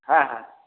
ହଁ ହଁ